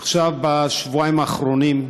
עכשיו, בשבועיים האחרונים,